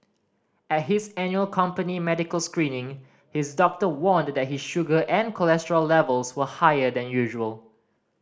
at his annual company medical screening his doctor warned that his sugar and cholesterol levels were higher than usual